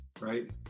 right